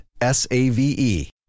S-A-V-E